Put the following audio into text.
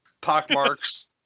Pockmarks